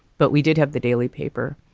but we did have the daily paper.